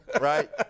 right